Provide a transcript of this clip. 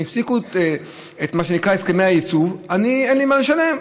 הפסיקו את הסכמי הייצוב, אין לי מה לשלם.